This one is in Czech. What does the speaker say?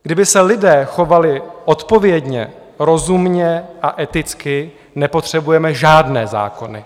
Kdyby se lidé chovali odpovědně, rozumně a eticky, nepotřebujeme žádné zákony.